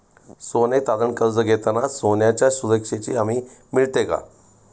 सोने तारण कर्ज घेताना सोन्याच्या सुरक्षेची हमी मिळते का?